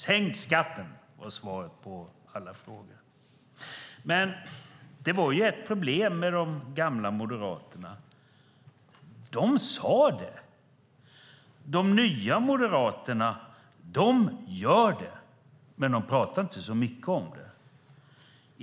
Sänk skatten, var svaret på alla frågor. Men det var ett problem med de gamla moderaterna. De sade det. De nya moderaterna gör det, men de pratar inte så mycket om det.